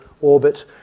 orbit